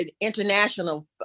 international